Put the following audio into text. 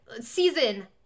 season